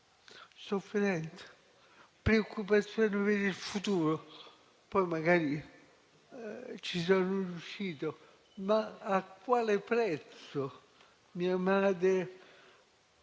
sofferenza e preoccupazione per il futuro. Poi magari ci sono riuscito, ma a quale prezzo mia madre